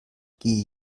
gehe